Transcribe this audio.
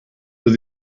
but